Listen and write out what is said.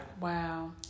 Wow